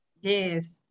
Yes